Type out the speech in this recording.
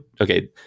okay